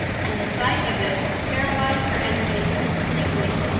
and the sight of it paralyzed her energies completely.